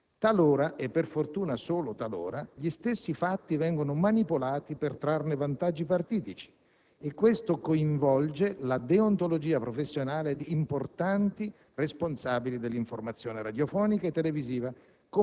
Talora, e per fortuna solo talora, gli stessi fatti vengono manipolati per trarne vantaggi partitici e questo coinvolge la deontologia professionale di importanti responsabili dell'informazione radiofonica e televisiva,